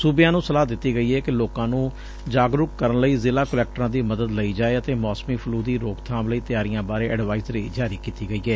ਸੂਬਿਆਂ ਨ੍ਰੰ ਸਲਾਹ ਦਿੱਤੀ ਗਈ ਏ ਕਿ ਲੋਕਾਂ ਨ੍ਰੰ ਜਾਗਰੁਕ ਕਰਨ ਲਈ ਜ਼ਿਲ੍ਹਾ ਕੁਲੈਕਟਰਾਂ ਦੀ ਮਦਦ ਲਈ ਜਾਏ ਅਤੇ ਮੌਸਮੀ ਫਲੁ ਦੀ ਰੋਕਬਾਮ ਲਈ ਤਿਆਰੀਆਂ ਬਾਰੇ ਐਡਵਾਈਜ਼ਰੀ ਜਾਰੀ ਕੀਤੀ ਗਈ ਏ